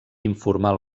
informatiu